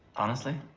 honestly?